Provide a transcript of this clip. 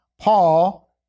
Paul